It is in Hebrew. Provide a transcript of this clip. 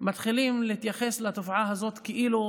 מתחילים להתייחס לתופעה הזאת כאילו